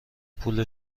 پول